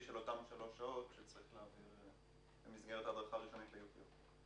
של אותן שלוש שעות שצריך להעביר במסגרת הדרכה ראשונית ל-UPRT.